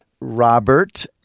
Robert